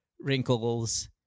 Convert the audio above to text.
wrinkles